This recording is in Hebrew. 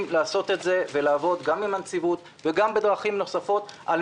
לעשות את זה ולעבוד גם עם הנציבות וגם בדרכים נוספות על